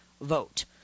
vote